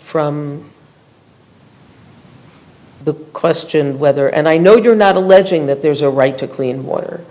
from the question whether and i know you're not alleging that there's a right to clean water